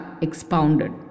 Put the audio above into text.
expounded